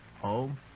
Home